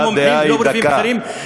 לא רופאים בכירים,